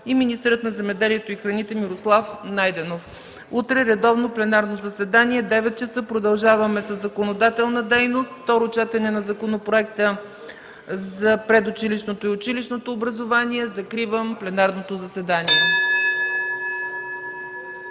и министърът на земеделието и храните Мирослав Найденов. Утре редовно пленарно заседание – 9,00 часа. Продължаваме със законодателна дейност – второ четене на Законопроекта за предучилищното и училищното образование. Закривам пленарното заседание.